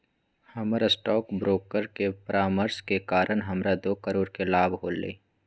हमर stock broker के परामर्श के कारण हमरा दो करोड़ के लाभ होलय